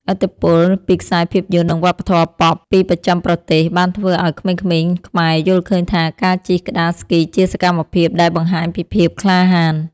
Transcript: ឥទ្ធិពលពីខ្សែភាពយន្ត និងវប្បធម៌ប៉ុប ពីបស្ចិមប្រទេស បានធ្វើឱ្យក្មេងៗខ្មែរយល់ឃើញថាការជិះក្ដារស្គីជាសកម្មភាពដែលបង្ហាញពីភាពក្លាហាន។